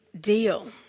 deal